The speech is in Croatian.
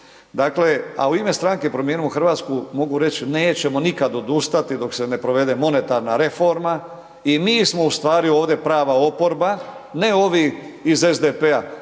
Dakle, a u ime stranke Promijenimo Hrvatsku mogu reći nećemo nikada odustati dok se ne provede monetarna reforma i mi smo u stvari ovdje prava oporba, ne ovi iz SDP-a,